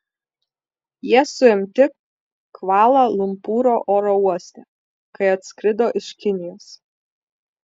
jie suimti kvala lumpūro oro uoste kai atskrido iš kinijos